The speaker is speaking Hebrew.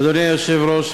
אדוני היושב-ראש,